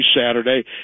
Saturday